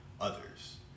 others